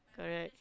correct